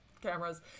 cameras